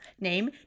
name